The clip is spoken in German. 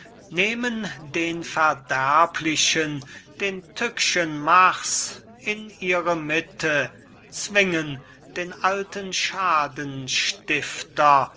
nehmen den verderblichen den tückschen mars in ihre mitte zwingen den alten